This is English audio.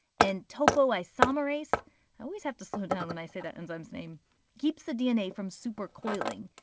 and topoisomerase i always have to slow down when i say that enzyme's name keeps the dna from supercoiling.